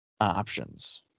options